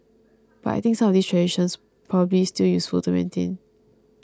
but I think some of these traditions probably still useful to maintain